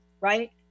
right